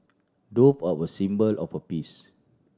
dove are a symbol of a peace